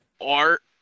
art